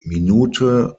minute